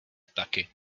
taky